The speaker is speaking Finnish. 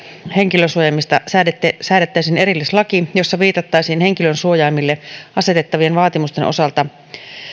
henkilönsuojaimista säädettäisiin erillislaki jossa viitattaisiin henkilönsuojaimille asetettavien vaatimusten osalta